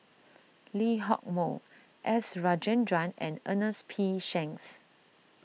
Lee Hock Moh S Rajendran and Ernest P Shanks